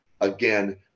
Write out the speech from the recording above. again